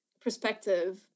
perspective